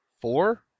Four